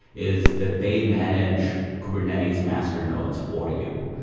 is that they manage kubernetes master nodes for you.